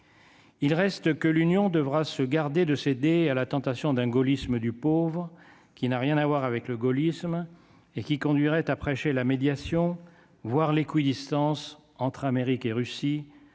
Il reste que l'Union devra se garder de céder à la tentation d'un gaullisme du pauvre qui n'a rien à voir avec le gaullisme et qui conduirait à prêcher la médiation voir l'équidistance entre Amérique et Russie